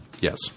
Yes